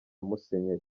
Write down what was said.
musenyeri